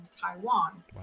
taiwan